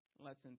lesson